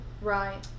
Right